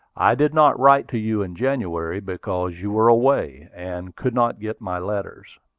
i did not write to you in january because you were away, and could not get my letters.